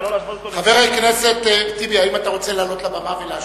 חבר הכנסת טיבי, האם אתה רוצה לעלות לבמה ולהשיב?